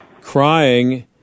crying